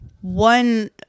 one